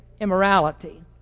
immorality